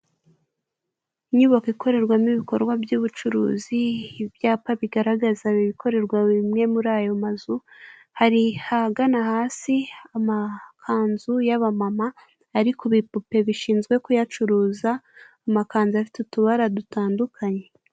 Inyubako ikorerwamo ibikorwa by'ubucuruzi ,ibyapa bigaragaza ibikorerwa bimwe muri ayo mazu hari ahagana hasi amakanzu yaba mama ari ku bipupe bishinzwe kuyacuruza amakanzu afite utubara dutandukanye.